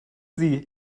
sie